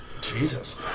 Jesus